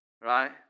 right